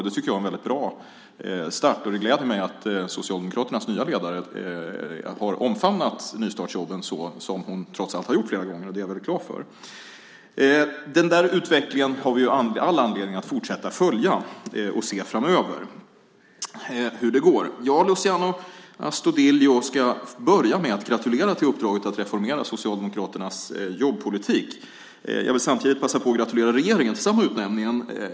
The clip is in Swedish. Det tycker jag är en väldigt bra start, och det gläder mig att Socialdemokraternas nya ledare omfamnat nystartsjobben, vilket hon trots allt flera gånger gjort. Det är jag mycket glad för. Den utvecklingen har vi all anledning att fortsätta att följa för att se hur den blir framöver. Låt mig sedan gratulera Luciano Astudillo till uppdraget att reformera Socialdemokraternas jobbpolitik. Jag vill samtidigt passa på att gratulera regeringen till samma utnämning.